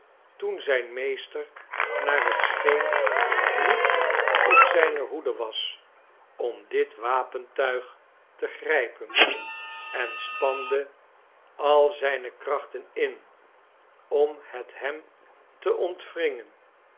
toen zijn meester naar het scheen niet op zijne hoede was om dit wapentuig te grijpen en spande al zijne krachten in om het hem te ontwringen